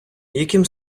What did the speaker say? яким